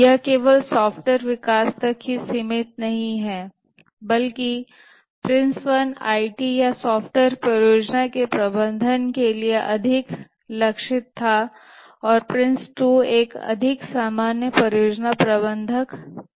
यह केवल सॉफ्टवेयर विकास तक ही सीमित नहीं है बल्कि PRINCE1 आईटी या सॉफ्टवेयर परियोजना प्रबंधन के लिए अधिक लक्षित था और PRINCE2 एक अधिक सामान्य परियोजना प्रबंधन मानक बन गया है